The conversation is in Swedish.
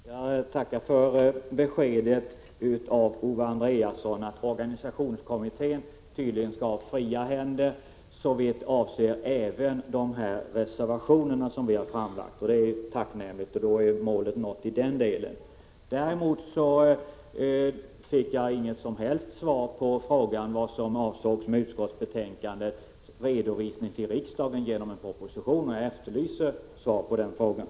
Herr talman! Jag tackar för beskedet av Owe Andréasson att organisationskommittén tydligen skall ha fria händer såvitt avser de synpunkter som framlagts i reservationerna, vilket är tacknämligt. Då är målet nått i den delen. Däremot fick jag inget som helst svar på frågan om vad som avsågs med utskottsmajoritetens uttalande om en redovisning till riksdagen genom en proposition. Jag efterlyser svar på den frågan.